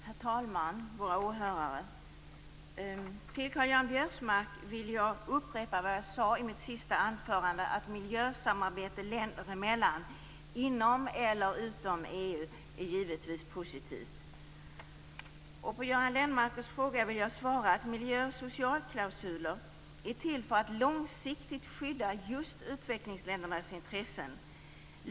Herr talman! Våra åhörare! Till Karl-Göran Biörsmark vill jag upprepa vad jag sade i mitt senaste anförande, nämligen att miljösamarbete länder emellan, inom eller utom EU, givetvis är positivt. På Göran Lennmarkers fråga vill jag svara att miljö och socialklausuler är till för att långsiktigt skydda just utvecklingsländernas intressen.